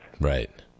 Right